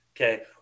okay